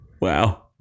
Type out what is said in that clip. Wow